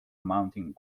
mounting